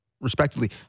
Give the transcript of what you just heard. respectively